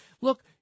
Look